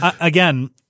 Again